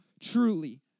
truly